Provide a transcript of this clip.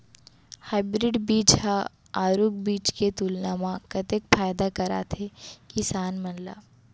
Hybrid बीज हा आरूग बीज के तुलना मा कतेक फायदा कराथे किसान मन ला?